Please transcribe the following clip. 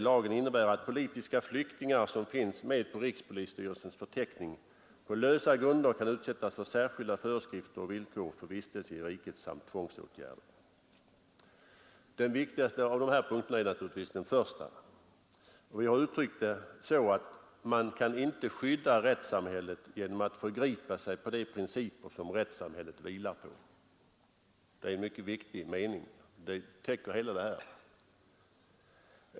Lagen innebär att politiska flyktingar, som finns med på rikspolisstyrelsens förteckning, på lösa grunder kan utsättas för särskilda föreskrifter och villkor för vistelse i riket samt tvångsåtgärder. Den viktigaste av dessa punkter är naturligtvis den första. Vi har uttryckt det så att man inte kan skydda rättssamhället genom att förgripa sig på de principer som rättssamhället vilar på. Det är en mycket viktig mening, som täcker hela frågeställningen.